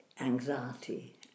anxiety